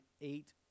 eight